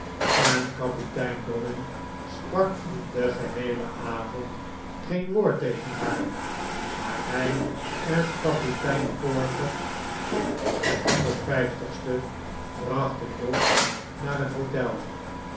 en kapitein dobbin sprak den geheelen avond geen woord tegen haar maar hij en kapitein porter van het honderdste brachten jos naar het hotel